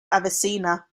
avicenna